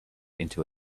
into